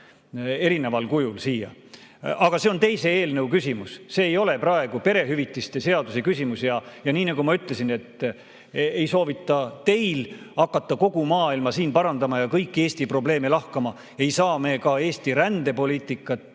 erineval kujul rännet siia. Aga see on teise eelnõu küsimus, see ei ole praegu perehüvitiste seaduse küsimus. Nii nagu ma ütlesin, ei soovita teil siin hakata kogu maailma parandama ja kõiki Eesti probleeme lahkama. Ei saa me ka Eesti rändepoliitikat,